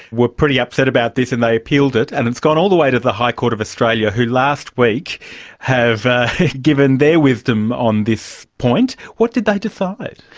were pretty upset about this and they appealed it, and it's gone all the way to the high court of australia who last week have given their wisdom on this point. what did they decide?